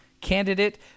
candidate